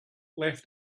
left